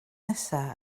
nesaf